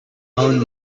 own